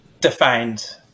defined